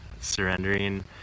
surrendering